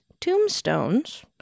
tombstones